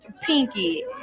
pinky